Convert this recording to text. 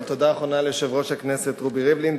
אבל תודה אחרונה ליושב-ראש הכנסת רובי ריבלין.